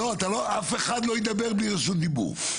אף אחד לא ידבר בלי רשות דיבור.